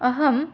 अहम्